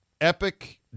epic